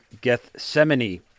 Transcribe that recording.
Gethsemane